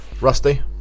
Rusty